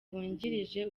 wungirije